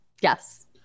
Yes